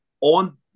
on